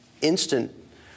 instant